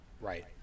Right